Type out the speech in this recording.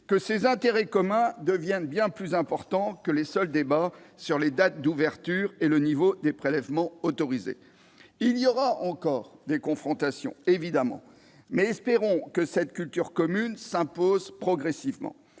espèces protégées, deviennent plus importants que les seuls débats sur les dates d'ouverture et le niveau des prélèvements autorisés. Il y aura encore des confrontations, évidemment, mais espérons que cette culture commune s'imposera progressivement.